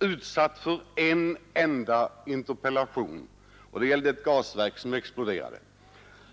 utsatt för en enda interpellation — den gällde ett gasverk som exploderade.